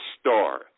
store